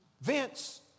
Vince